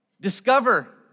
Discover